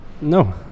No